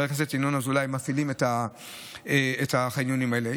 חבר הכנסת ינון אזולאי, מפעילים את החניונים האלה.